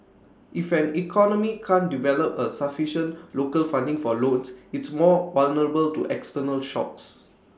if an economy can't develop A sufficient local funding for loans it's more vulnerable to external shocks